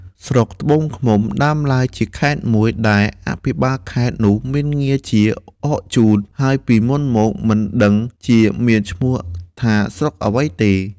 ស្រុកត្បូងឃ្មុំដើមឡើយជាខេត្តមួយ ដែលអភិបាលខេត្តនោះមានងារជាអរជូន ហើយពីមុនមកមិនដឹងជាមានឈ្មោះថាស្រុកអ្វីទេ។